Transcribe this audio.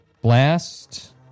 blast